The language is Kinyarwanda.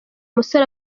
musore